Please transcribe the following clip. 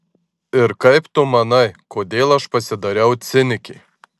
ir kaip tu manai kodėl aš pasidariau cinikė